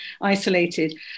isolated